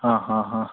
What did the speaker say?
ಹಾಂ ಹಾಂ ಹಾಂ